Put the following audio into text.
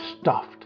stuffed